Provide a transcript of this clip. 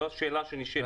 זו השאלה שנשאלת.